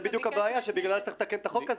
זו בדיוק הבעיה שבגלל צריך לתקן את החוק הזה.